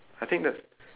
I think that's